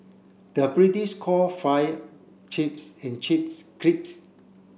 the British call fry chips and chips crisps